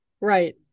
right